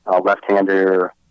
left-hander